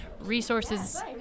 resources